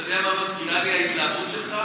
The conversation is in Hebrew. אתה יודע מה מזכירה לי ההתלהבות שלך?